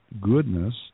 goodness